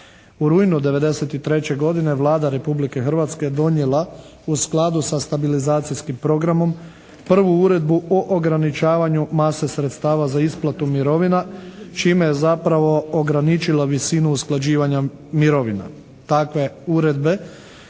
U rujnu '93. godine Vlada Republike Hrvatske je donijela u skladu sa stabilizacijskim programom prvu uredbu o ograničavanju mase sredstava za isplatu mirovina čime je zapravo ograničila visinu usklađivanja mirovina.